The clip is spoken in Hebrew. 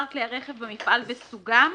(2) מספר כלי הרכב במפעל" וסוגם?